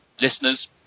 listeners